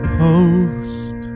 post